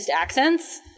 accents